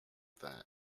that